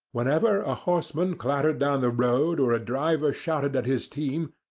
whenever a horseman clattered down the road, or a driver shouted at his team,